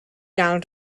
gael